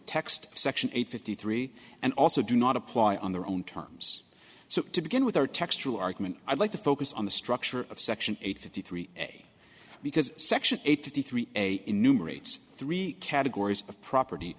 text section eight fifty three and also do not apply on their own terms so to begin with or textual argument i'd like to focus on the structure of section eight fifty three a because section eight fifty three a enumerates three categories of property